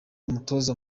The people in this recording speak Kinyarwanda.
umutoza